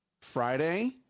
Friday